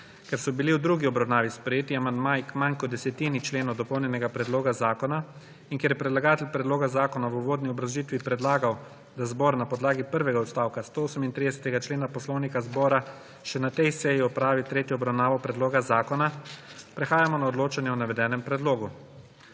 Ker so bili v drugi obravnavi sprejeti amandmaji k manj kot desetini členov dopolnjenega predloga zakona in ker je predlagatelj predloga zakona v uvodni obrazložitvi predlagal, da zbor na podlagi prvega odstavka 138. člena Poslovnika Državnega zbora še na tej seji opravi tretjo obravnavo predloga zakona, prehajamo na odločanje o navedenem predlogu.